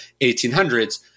1800s